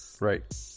Right